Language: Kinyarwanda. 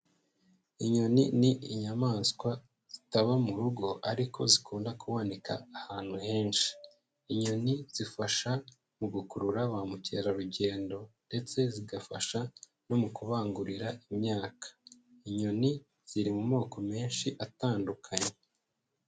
Inyoni ni inyamaswa zitaba mu rugo ariko zikunda kuboneka ahantu henshi. Inyoni zifasha mu gukurura ba mukerarugendo, ndetse zigafasha no mu kubangurira imyaka. Inyoni ziri mu moko menshi atandukanye.